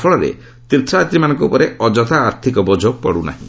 ଫଳରେ ତୀର୍ଥଯାତ୍ରୀମାନଙ୍କ ଉପରେ ଅଯଥା ଆର୍ଥକ ବୋଝ ପଡୁ ନାହିଁ